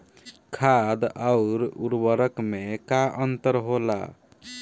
खाद्य आउर उर्वरक में का अंतर होला?